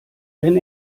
wenn